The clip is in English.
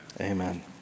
amen